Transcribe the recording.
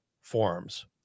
forms